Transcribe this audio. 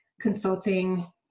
Consulting